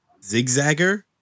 Zigzagger